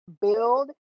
build